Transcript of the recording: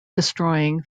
destroying